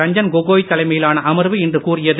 ரஞ்சன் கோகோய் தலைமையிலான அமர்வு இன்று கூறியது